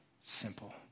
Simple